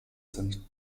sind